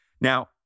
Now